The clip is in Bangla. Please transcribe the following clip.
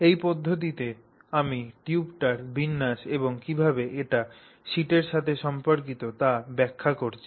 এই পদ্ধতিতে আমি টিউবটির বিন্যাস এবং কীভাবে এটি শীটের সাথে সম্পর্কিত তা ব্যাখ্যা করছি